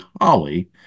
Holly